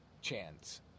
chance